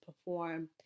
perform